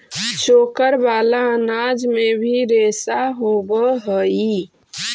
चोकर वाला अनाज में भी रेशा होवऽ हई